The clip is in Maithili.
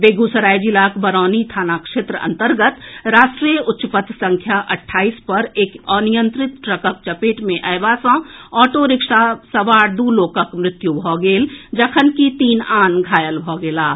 बेगूसराय जिलाक बरौनी थाना क्षेत्र अन्तर्गत राष्ट्रीय उच्च पथ संख्या अट्ठाईस पर एक अनियंत्रित ट्रकक चपेट मे अयबा सँ ऑटो रिक्शा सवार दू लोकक मृत्यु भऽ गेल जखनकि तीन आन घायल भऽ गेलाह